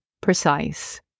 precise